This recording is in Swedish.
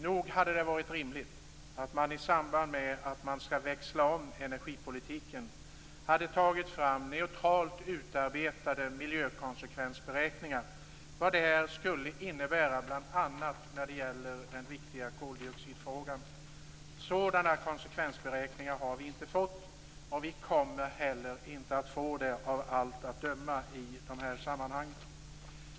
Nog hade det varit rimligt att man i samband med omställningen av energipolitiken hade tagit fram neutralt utarbetade miljökonsekvensberäkningar av vad det här skulle innebära bl.a. när det gäller den viktiga koldioxidfrågan. Sådana konsekvensberäkningar har vi inte fått, och vi kommer av allt att döma heller inte att få det i de här sammanhangen.